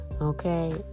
Okay